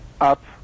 up